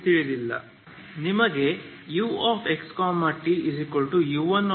ನಿಮಗೆ uxtu1xt x0 ಬೇಕು